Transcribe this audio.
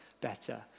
better